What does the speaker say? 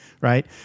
right